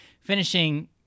finishing